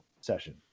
session